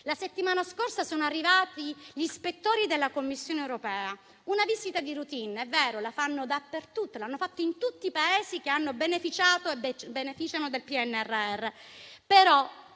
La settimana scorsa sono arrivati gli ispettori della Commissione europea, per una visita di *routine* - è vero - che fanno dappertutto; l'hanno fatta in tutti i Paesi che hanno beneficiato e beneficiano del PNRR.